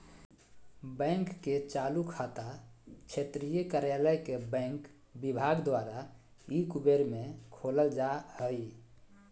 bank के चालू खाता क्षेत्रीय कार्यालय के बैंक विभाग द्वारा ई कुबेर में खोलल जा हइ